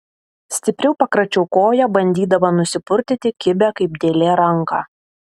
stipriau pakračiau koją bandydama nusipurtyti kibią kaip dėlė ranką